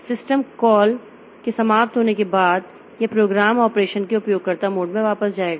system call के समाप्त होने के बाद यह प्रोग्राम ऑपरेशन के उपयोगकर्ता मोड में वापस जाएगा